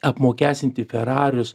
apmokestinti ferarius